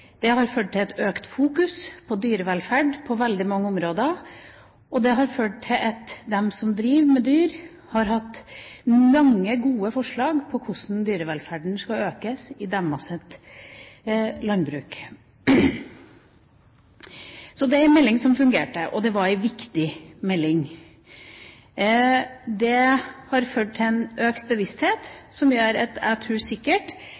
Det har ført til økt fokus på dyrevelferd på veldig mange områder, og det har ført til at de som driver med dyr, har hatt mange gode forslag om hvordan dyrevelferden skal økes i deres landbruk. Så det er en melding som fungerte, og det var en viktig melding. Det har ført til økt bevissthet, som gjør at jeg er